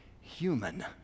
human